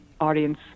audience